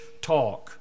talk